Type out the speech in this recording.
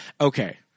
Okay